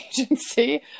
agency